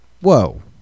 whoa